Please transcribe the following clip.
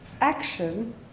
action